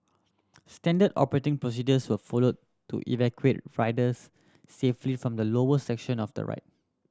standard operating procedures were followed to evacuate riders safely from the lower section of the ride